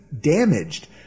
damaged